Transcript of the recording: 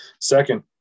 second